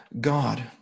God